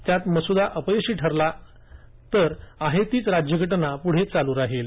त्यात मसुदा अपयशी ठरला तर आता आहे तीच राज्यघटना पुढे चालू राहील